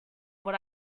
what